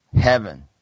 heaven